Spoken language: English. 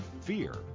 fear